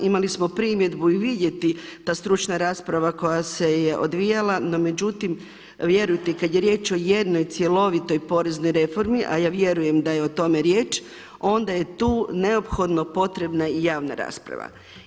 Imali smo primjedbu i vidjeti da stručna rasprava koja se je odvijala, no međutim vjerujte kada je riječ o jednoj cjelovitoj poreznoj reformi, a ja vjerujem da je o tome riječ onda je tu neophodno potrebna i javna rasprava.